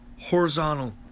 horizontal